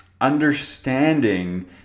understanding